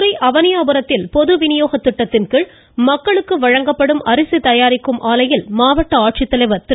மதுரை அவனியாபுரத்தில் பொது வினியோகத் திட்டத்தின்கீழ் மக்களுக்கு வழங்கப்படும் அரிசி தயாரிக்கும் ஆலையில் மாவட்ட ஆட்சித்தலைவர் திரு